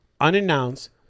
unannounced